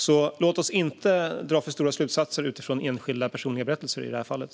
Låt oss alltså inte dra för stora slutsatser utifrån enskilda personliga berättelser i det här fallet.